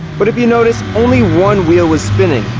but if you notice, only one wheel was spinning.